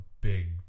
big